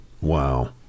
Wow